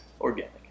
Organic